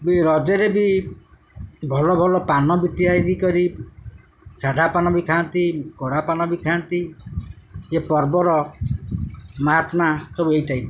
ବି ରଜରେ ବି ଭଲ ଭଲ ପାନ ବି ତିଆରି କରି ସାଦା ପାନ ବି ଖାଆନ୍ତି କଡ଼ା ପାନ ବି ଖାଆନ୍ତି ଏ ପର୍ବର ମାହାତ୍ମା ସବୁ ଏଇ ଟାଇପ୍ର